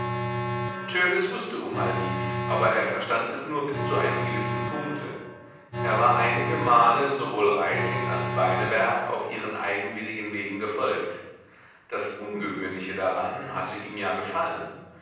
törleß wußte um all dies aber er verstand es nur bis zu einem gewissen punkte er war einige male sowohl reiting als beineberg auf ihren eigenwilligen wegen gefolgt das ungewöhnliche daran hatte ihm ja gefallen